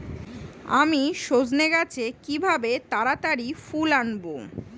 আমি সজনে গাছে কিভাবে তাড়াতাড়ি ফুল আনব?